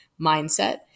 mindset